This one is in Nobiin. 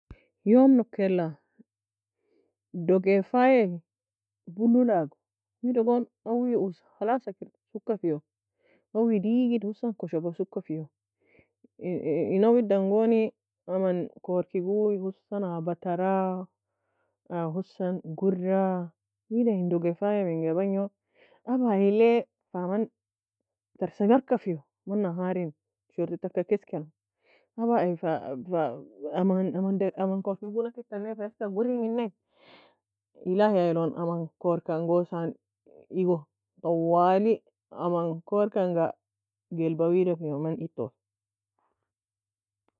يوم nokela Dega fayia bluoe lago wida gon Awie ose hala kir soka feiwe. Awie deagid hosan koshoba soka fien Awie edan goni aman korki goo hosan a batara hosan goura. Wida en Dega faya menga bangoe aba ayilae fa man ter semarka feiwe man nahari, shorty taka kess keno, aba fa man aman aman korki goue naketan nae fa gouri munaie: ilahi iron aman korki ya angosan eago tawali aman korki unga gelba wedio man Ede toe